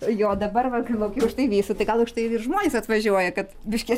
jo dabar va kai lauki už tai vėsu tai gal už tai ir žmonės atvažiuoja kad biškį